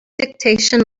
dictation